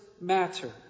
matter